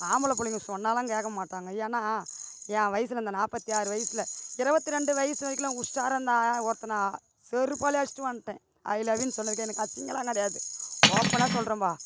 ஆம்பளை பிள்ளைங்க சொன்னாலாம் கேட்க மாட்டாங்க ஏன்னா என் வயசில் இந்த நாற்பத்தி ஆறு வயசில் இருபத்தி ரெண்டு வயசு வரைக்கும்லாம் உஷாராதா ஒருத்தனை செருப்பாலேயே அடிச்சுட்டு வந்துட்டேன் ஐ லவ் யூன்னு சொன்னதுக்கு எனக்கு அசிங்கம்லாம் கிடையாது ஓப்பனாக சொல்கிறேன்ப்பா